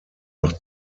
noch